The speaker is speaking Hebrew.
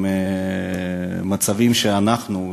עם מצבים שאנחנו,